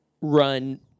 run